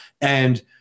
and-